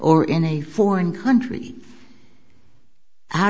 or in a foreign country how